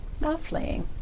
Lovely